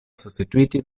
sostituiti